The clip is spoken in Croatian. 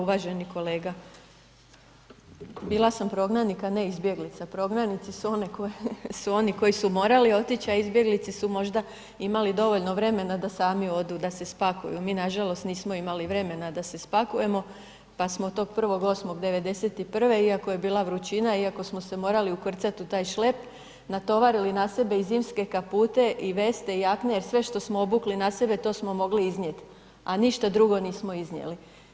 Uvaženi kolega, bila sam prognanik a ne izbjeglica, prognanici su oni koji su morali otići a izbjeglice su možda imali dovoljno vremena da sami odu, da se spakuju, mi nažalost nismo imali vremena da se spakujemo pa smo tog 1. 8. '91. iako je bila vrućina, iako smo se morali ukrcati u taj šlep, natovarili na sebe i zimske kapute i veste, jakne jer sve što smo obukli na sebe to smo mogli iznijeti, a ništa drugo nismo iznijeli.